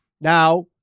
Now